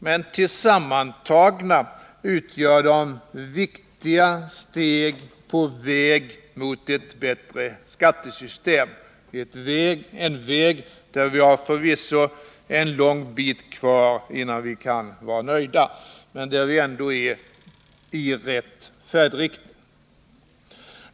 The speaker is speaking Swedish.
Men tillsammantaget utgör de viktiga steg på vägen mot ett bättre skattesystem, en väg på vilken vi förvisso har en lång bit kvar innan vi kan vara nöjda men där vi ändå har rätt färdriktning.